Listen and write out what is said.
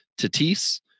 Tatis